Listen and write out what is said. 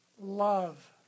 love